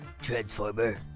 Transformer